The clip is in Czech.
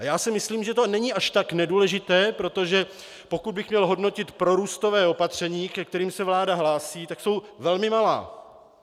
A já si myslím, že to není až tak nedůležité, protože pokud bych měl hodnotit prorůstová opatření, ke kterým se vláda hlásí, tak jsou velmi malá.